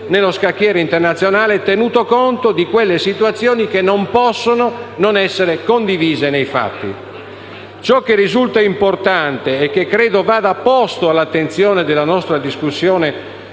nello scacchiere internazionale, tenuto conto di quelle situazioni che non possono non essere condivise nei fatti. Ciò che risulta importante, e che credo vada posto all'attenzione della nostra discussione,